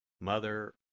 Mother